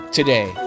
today